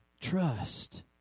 Trust